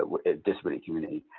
ah disability community.